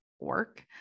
work